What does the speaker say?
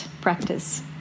practice